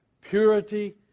purity